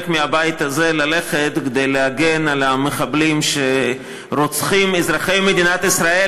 מהבית הזה ללכת כדי להגן על המחבלים שרוצחים אזרחי מדינת ישראל,